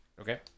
Okay